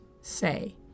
say